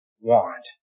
want